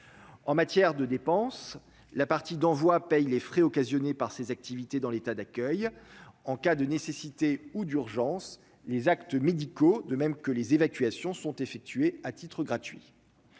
en matière de dépenses la partie d'envoi paye les frais occasionnés par ses activités dans l'état d'accueil en cas de nécessité ou d'urgence, les actes médicaux, de même que les évacuations sont effectués à titre gratuit